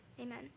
Amen